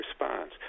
response